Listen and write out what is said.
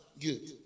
Good